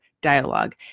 dialogue